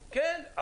כן.